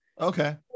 Okay